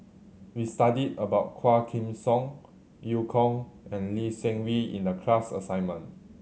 we studied about Quah Kim Song Eu Kong and Lee Seng Wee in the class assignment